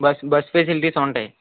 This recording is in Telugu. బస్ బస్ ఫెసిలిటీస్ ఉంటాయి